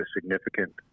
significant